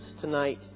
tonight